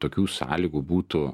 tokių sąlygų būtų